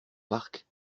parc